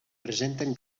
presenten